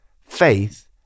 Faith